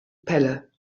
pelle